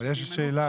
אבל יש לי שאלה,